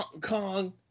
Kong